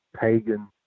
pagan